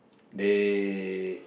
they